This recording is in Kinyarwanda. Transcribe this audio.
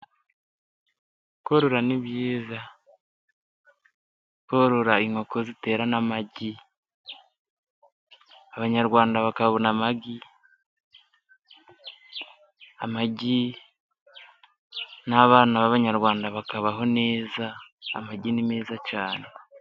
Korora ni byiza. Korora inkoko zitera n'amagi. Abanyarwanda bakabona amagi, n'abana b'abanyarwanda bakabaho neza, amagi ni meza cyane.